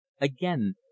again